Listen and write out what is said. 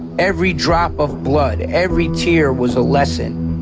every drop of blood, every tear was a lesson